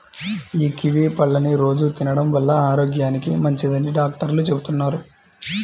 యీ కివీ పళ్ళని రోజూ తినడం వల్ల ఆరోగ్యానికి మంచిదని డాక్టర్లు చెబుతున్నారు